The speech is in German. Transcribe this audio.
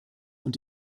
und